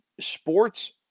sports